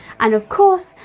and of course,